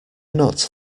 not